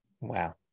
Wow